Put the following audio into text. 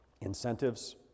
incentives